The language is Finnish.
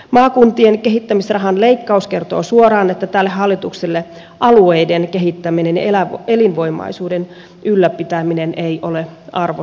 maakuntien kehittämisrahan leikkaus kertoo suoraan että tälle hallitukselle alueiden kehittäminen ja elinvoimaisuuden ylläpitäminen ei ole arvo sinänsä